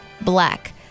black